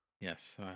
yes